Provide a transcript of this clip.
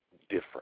different